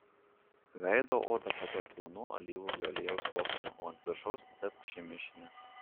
veido odą patepk plonu alyvuogių aliejaus sluoksniu o ant viršaus tepk šį mišinį